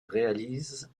réalise